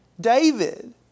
David